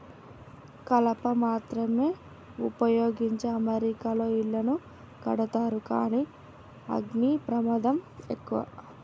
కలప మాత్రమే వుపయోగించి అమెరికాలో ఇళ్లను కడతారు కానీ అగ్ని ప్రమాదం ఎక్కువ